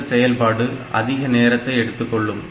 இந்த செயல்பாடு அதிக நேரத்தை எடுத்துக்கொள்ளும்